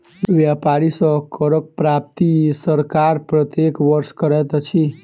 व्यापारी सॅ करक प्राप्ति सरकार प्रत्येक वर्ष करैत अछि